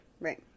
Right